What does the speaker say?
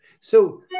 So-